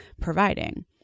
providing